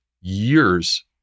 years